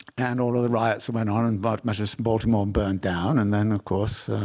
and all of the riots that went on, and but but baltimore burned down. and then, of course,